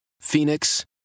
Phoenix